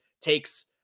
takes